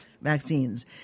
vaccines